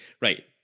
Right